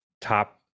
top